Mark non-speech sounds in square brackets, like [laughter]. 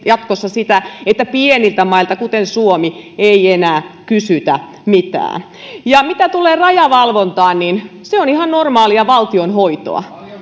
jatkossa sitä että pieniltä mailta kuten suomi ei enää kysytä mitään mitä tulee rajavalvontaan niin se on ihan normaalia valtionhoitoa [unintelligible]